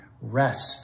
rest